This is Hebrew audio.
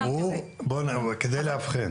כדי לאבחן